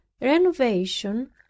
renovation